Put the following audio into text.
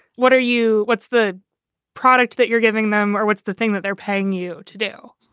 what are you what's the product that you're giving them or what's the thing that they're paying you to do?